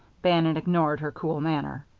bannon ignored her cool manner.